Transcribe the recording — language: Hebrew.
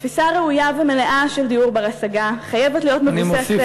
תפיסה ראויה ומלאה של דיור בר-השגה חייבת להיות מבוססת,